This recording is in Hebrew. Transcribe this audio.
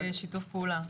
עובדים בשיתוף פעולה.